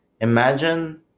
Imagine